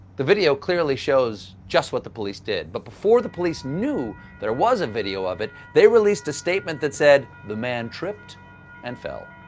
the video clearly shows what the police did, but before the police knew there was a video of it, they released a statement that said the man tripped and fell.